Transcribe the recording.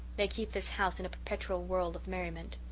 they keep this house in a perpetual whirl of merriment.